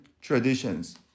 traditions